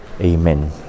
Amen